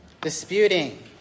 disputing